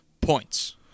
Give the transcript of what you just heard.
Points